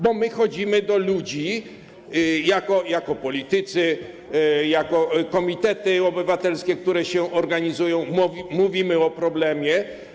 Bo my chodzimy do ludzi, jako politycy, jako komitety obywatelskie, które się organizują, mówimy o problemie.